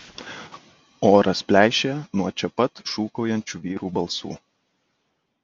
oras pleišėja nuo čia pat šūkaujančių vyrų balsų